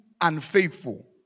unfaithful